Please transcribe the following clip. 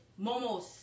momos